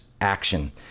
Action